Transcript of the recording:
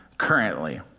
Currently